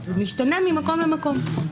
זה משתנה ממקום למקום.